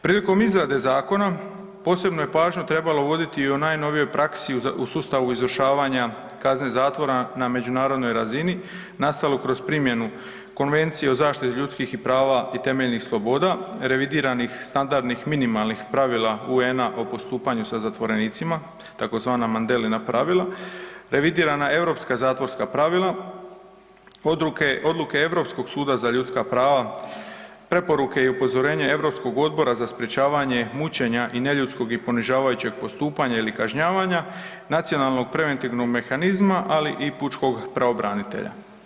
Prilikom izrade zakona posebnu je pažnju trebalo voditi i o najnovijoj praksi u sustavu izvršavanja kazne zatvora na međunarodnoj razini nastalu kroz primjenu Konvencije o zaštitu ljudski i prava i temeljnih sloboda revidiranih standardnih minimalnih pravila UN-a o postupanju sa zatvorenicima tzv. Mandelina pravila, revidirana europska zatvorska pravila, odluke Europskog suda za ljudska prava, preporuke i upozorenja Europskog odbora za sprječavanje mučenja i neljudskog i ponižavajućeg postupanja ili kažnjavanja, nacionalnog preventivnog mehanizma, ali i pučkog pravobranitelja.